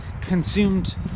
consumed